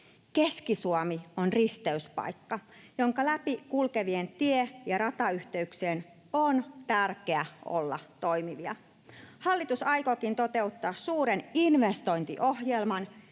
Keski-Suomi on risteyspaikka, jonka läpi kulkevien tie- ja ratayhteyksien on tärkeä olla toimivia. Hallitus aikookin toteuttaa suuren investointiohjelman,